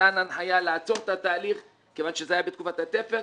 נתן הנחיה לעצור את התהליך כיוון שזה היה בתקופת התפר,